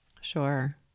Sure